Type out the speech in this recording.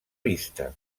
vista